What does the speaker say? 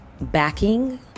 backing